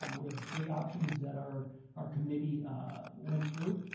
we have three options that our our committee went through.